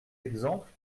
exemples